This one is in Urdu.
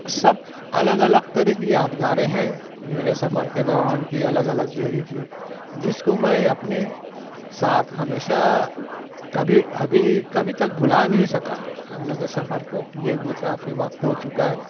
سب الگ الگ طرح کی یادگاریں ہیں میرے سفر کے دوران کی الگ الگ جگہ کی جس کو میں اپنے ساتھ ہمیشہ کبھی ابھی کبھی تک بھلا نہیں سکا حالانکہ سفر کو کیے ہوئے کافی وقت ہو چکا ہے